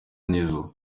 nizzo